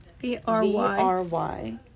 V-R-Y